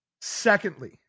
Secondly